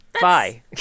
Bye